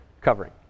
covering